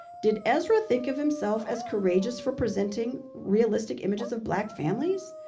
did ezra think of himself as courageous for presenting realistic images of black families?